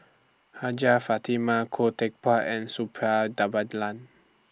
Hajjah Fatimah Khoo Teck Puat and Suppiah